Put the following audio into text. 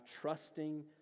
trusting